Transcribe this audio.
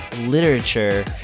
literature